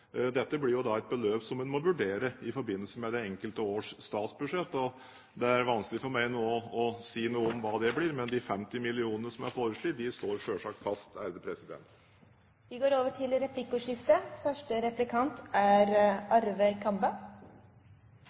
Dette blir et beløp en må vurdere i forbindelse med det enkelte års statsbudsjett. Det er vanskelig for meg nå å si noe om hva det blir, men de 50 mill. kr som er foreslått, står selvsagt fast.